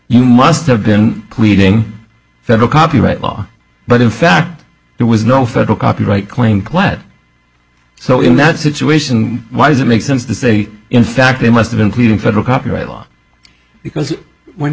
you must have been pleading federal copyright law but in fact there was no federal copyright claim clad so in that situation why does it make sense to say in fact they must have including federal copyright law because when